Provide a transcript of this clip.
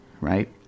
Right